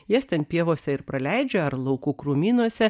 jas ten pievose ir praleidžia ar laukų krūmynuose